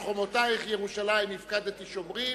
על חומותייך ירושלים הפקדתי שומרים,